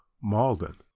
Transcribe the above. Malden